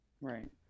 right